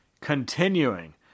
continuing